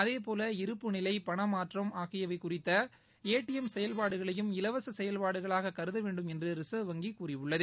அதேபோல இருப்பு நிலை பண மாற்றம் ஆகியவை குறித்த ஏடிஎம் செயல்பாடுகளையும் இலவச செயல்பாடுகளாக கருத வேண்டும் என்று ரிசர்வ் வங்கி கூறியுள்ளது